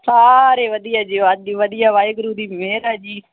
ਸਾਰੇ ਵਧੀਆ ਜੀ ਵਾਧੀ ਵਧੀਆ ਵਾਹਿਗੁਰੂ ਦੀ ਮਿਹਰ ਹੈ ਜੀ